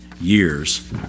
years